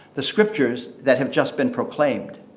the scriptures that have just been proclaimed.